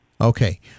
Okay